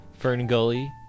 Ferngully